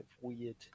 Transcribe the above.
weird